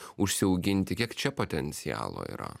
užsiauginti kiek čia potencialo yra